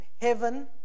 heaven